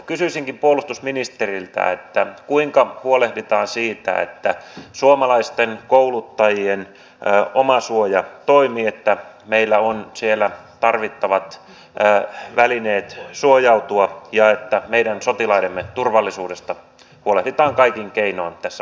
kysyisinkin puolustusministeriltä kuinka huolehditaan siitä että suomalaisten kouluttajien omasuoja toimii että meillä on siellä tarvittavat välineet suojautua ja että meidän sotilaidemme turvallisuudesta huolehditaan kaikin keinoin tässä operaatiossa